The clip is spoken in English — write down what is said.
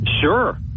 Sure